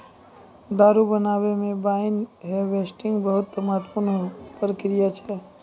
दारु बनाबै मे वाइन हार्वेस्टिंग बहुते महत्वपूर्ण प्रक्रिया छै